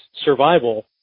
survival